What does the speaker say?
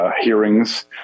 hearings